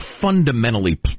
fundamentally